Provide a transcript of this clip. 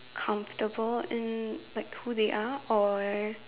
comfortable in like who they are or